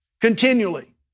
continually